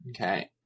Okay